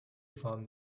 form